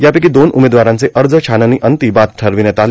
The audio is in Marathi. त्यापैकी दोन उमेदवारांचे अर्ज छाननीअंती बाद ठरविण्यात आले